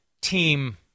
team